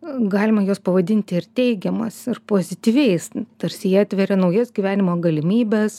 galima juos pavadinti ir teigiamas ir pozityviais tarsi jie atveria naujas gyvenimo galimybes